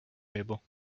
table